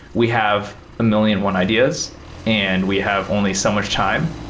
we have a million one ideas and we have only so much time.